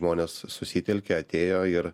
žmonės susitelkė atėjo ir